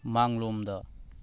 ꯃꯥꯡꯂꯣꯝꯗ